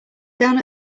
down